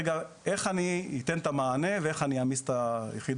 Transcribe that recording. רגע איך אני אתן את המענה ואני איך אני אעמיס את היחידות,